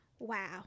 wow